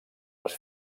les